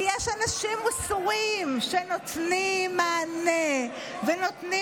יש אנשים מסורים שנותנים מענה ונותנים